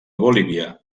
bolívia